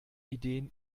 ideen